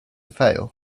fail